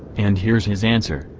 and here's his answer,